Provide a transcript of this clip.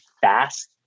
fast